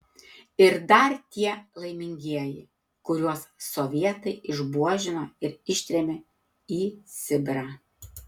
ir dar tie laimingieji kuriuos sovietai išbuožino ir ištrėmė į sibirą